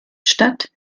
stadt